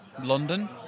London